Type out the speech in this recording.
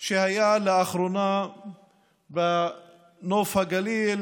שהיה לאחרונה בנוף הגליל,